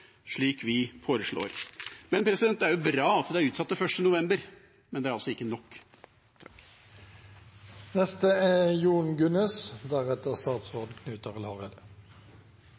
slik vi foreslår. Det er jo bra at det er utsatt til 1. november, men det er altså ikke nok.